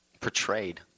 portrayed